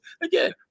again